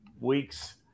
weeks